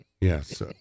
Yes